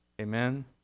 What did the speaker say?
Amen